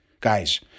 Guys